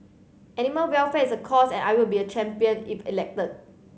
animal welfare is a cause and I will be a champion if elected